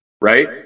right